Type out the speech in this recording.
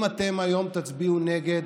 אם אתם היום תצביעו נגד,